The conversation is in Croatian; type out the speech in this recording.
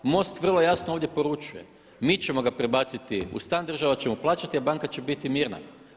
MOST vrlo jasno ovdje poručuje mi ćemo ga prebaciti u stan, država će mu plaćati a banka će biti mirna.